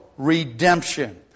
redemption